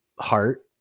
heart